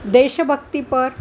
देशभक्तीपर